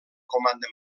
comanda